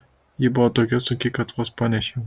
ji buvo tokia sunki kad vos panešiau